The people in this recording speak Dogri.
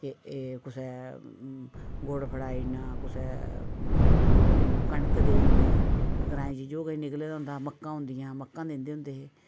ते एह् कुसै गुड़ फड़ाई ओड़ना कुसै होर कनक देई ओड़नी ग्रांएं च जो कुछ निकले दा होंदा हा मक्कां होंदियां हियां मक्कां दिंदे हे